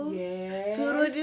yes